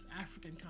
African